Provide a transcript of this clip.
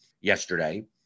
yesterday